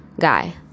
Guy